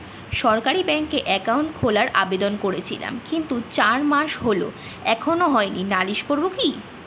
সরকারি ব্যাংকে একাউন্ট খোলার আবেদন করেছিলাম কিন্তু চার মাস হল এখনো হয়নি নালিশ করব কি?